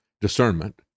discernment